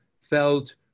felt